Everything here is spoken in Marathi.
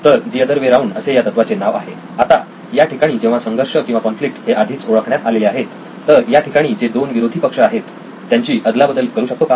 तर "द अदर वे राऊंड" असे या तत्वाचे नाव आहे आता या ठिकाणी जेव्हा संघर्ष किंवा कॉन्फ्लिक्ट हे आधीच ओळखण्यात आलेले आहेत तर या ठिकाणी जे दोन विरोधी पक्ष आहेत त्यांची अदलाबदल करू शकतो का